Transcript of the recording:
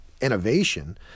Innovation